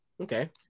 Okay